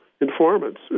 informants